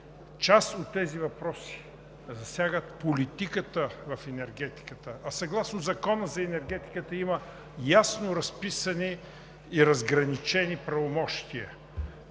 част от тези въпроси засягат политиката в енергетиката, а съгласно Закона за енергетиката има ясно разписани и разграничени правомощия.